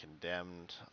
condemned